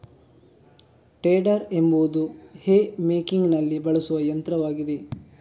tedder ಎಂಬುದು hay ಮೇಕಿಂಗಿನಲ್ಲಿ ಬಳಸುವ ಯಂತ್ರವಾಗಿದೆ